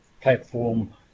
platform